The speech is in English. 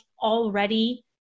already